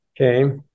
Okay